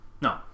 No